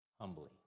humbly